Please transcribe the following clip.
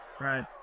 Right